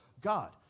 God